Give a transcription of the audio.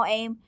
em